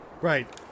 Right